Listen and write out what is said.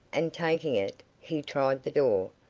and taking it, he tried the door,